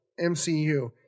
MCU